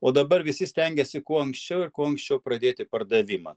o dabar visi stengiasi kuo anksčiau ir kuo anksčiau pradėti pardavimą